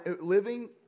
living